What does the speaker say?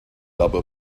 double